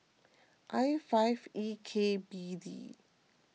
I five E K B D